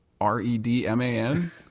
R-E-D-M-A-N